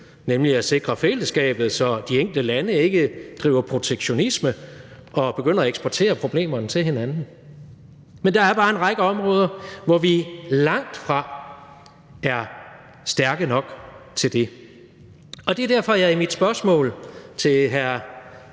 nemlig at sikre fællesskabet, så de enkelte lande ikke driver protektionisme og begynder at eksportere problemerne til hinanden. Men der er bare en række områder, hvor vi langtfra er stærke nok til det. Og det er derfor, at jeg i mit spørgsmål til hr.